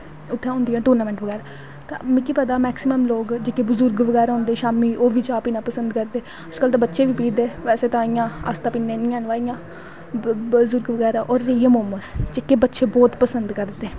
इत्थें होंदियां टूर्नांमैंट बगैरा तां मिगी पता ऐ सारे लोग बजुर्ग बगैरा होंदा न शाम्मी ओह् च्हा पीना पसंद करदे बच्चे बी पी ओड़दे बसे अस ते पीने नी हैन व इयां बजुर्ग बगैरा होर होईये मोमोस जेह्के बच्चे बौह्त पसंद करदे